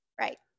Right